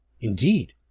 Indeed